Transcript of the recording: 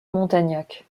montagnac